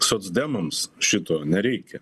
socdemams šito nereikia